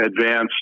advanced